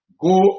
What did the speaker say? go